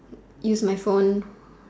use my phone